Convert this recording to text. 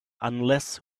unless